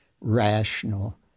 rational